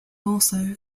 also